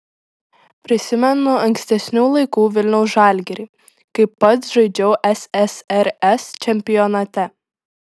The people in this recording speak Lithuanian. prisimenu ankstesnių laikų vilniaus žalgirį kai pats žaidžiau ssrs čempionate